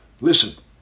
Listen